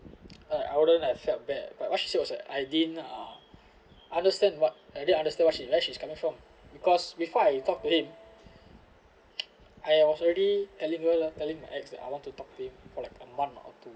uh I wouldn't like felt bad but what she said was like I didn't uh understand what I didn't understand what she like she's coming from because before I talk to him I was already telling her telling my ex that I want to talk to him for like a month or two